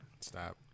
Stop